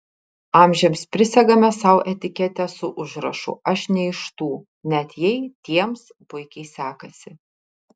amžiams prisegame sau etiketę su užrašu aš ne iš tų net jei tiems puikiai sekasi